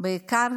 בעיקר